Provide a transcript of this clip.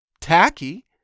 tacky